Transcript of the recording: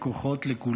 לכולנו.